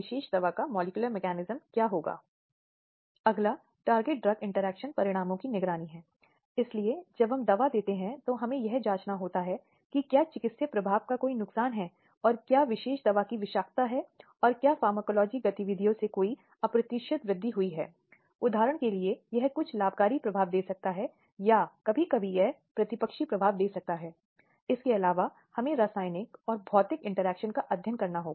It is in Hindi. पहले इस तरह का हस्तक्षेप शब्द संभोग तक सीमित था जिसका अर्थ केवल पारंपरिक अर्थों में था जिसमें यह एक विषम संभोग का उल्लेख करता है हालांकि संशोधन के साथ जो प्रभाव में आया वह सभी अन्य रूपों को शामिल करने के लिए बहुत व्यापक था